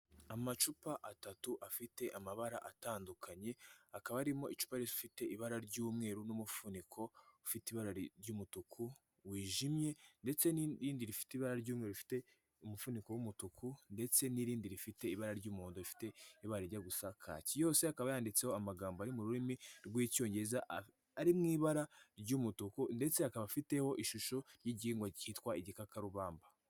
Amacupa atatu afite amabara atandukanye, akaba arimo icupa rifite ibara ry'umweru n'umufuniko ufite ibara ry'umutuku wijimye, ndetse n'irindi rifite ibara ry'umweru rifite umuvuniko w'umutuku ndetse n'irindi rifite ibara ry'umuhondo rifite ibarajya gusa kaki, yose akaba yanditseho amagambo ari mu rurimi rw'icyongereza ari mu ibara ry'umutuku ndetse akaba afiteho ishusho y'igihingwa cyitwa igikakarubamba.